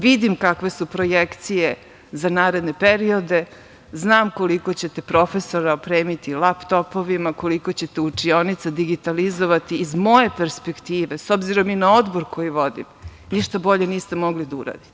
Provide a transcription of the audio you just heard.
Vidim kakve su projekcije za naredne periode, znam koliko ćete profesora opremiti laptopovima, koliko ćete učionica digitalizovati, iz moje perspektive, s obzirom i na Odbor koji vodim, ništa bolje niste mogli da uradite.